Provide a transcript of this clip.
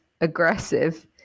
aggressive